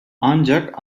ancak